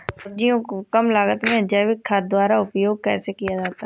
सब्जियों को कम लागत में जैविक खाद द्वारा उपयोग कैसे किया जाता है?